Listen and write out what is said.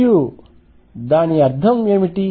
మరియు దాని అర్థం ఏమిటి